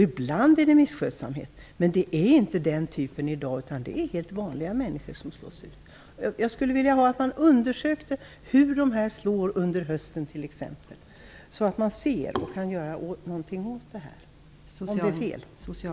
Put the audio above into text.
Ibland är det fråga om misskötsamhet, men i dag är det också helt vanliga människor som slås ut. Jag skulle vilja att man undersökte hur ändringarna slår under hösten t.ex., så att man kan göra någonting åt detta.